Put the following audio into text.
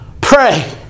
Pray